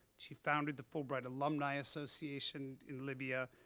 she founded the fulbright alumni association in libya.